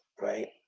right